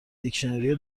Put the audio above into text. دیکشنری